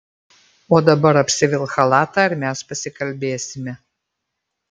o dabar apsivilk chalatą ir mes pasikalbėsime